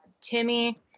Timmy